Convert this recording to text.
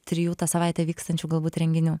trijų tą savaitę vykstančių galbūt renginių